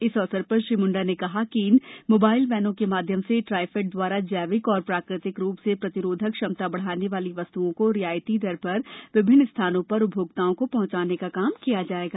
इस अवसर श्री मुंडा ने कहा कि इन मोबाइल वैनों के माध्यम से ट्रायफेड द्वारा जैविक और प्राकृतिक रूप से प्रतिरोधक क्षमता बढ़ाने वाली वस्तुओं को रियायती दर पर विभिन्न स्थानों पर उपभोक्ताओं को पहुंचाने का काम किया जाएगा